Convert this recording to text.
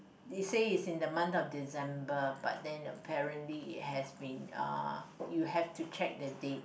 it say it's the month of December but then apparently it has been uh you have to check the date